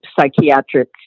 Psychiatric